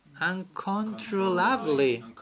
uncontrollably